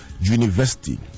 university